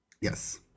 Yes